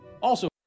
Also-